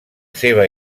seva